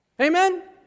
Amen